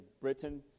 Britain